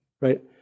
right